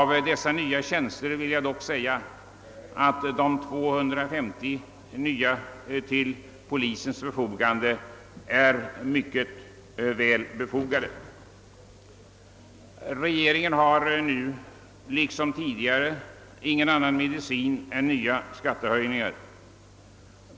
Jag vill dock säga, att de 250 nya tjänsterna inom polisväsendet, som ryms inom de nämnda 1 500 tjänsterna, är väl motiverade. Regeringen har nu liksom tidigare ingen annan medicin än nya skattehöjningar att erbjuda.